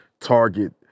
target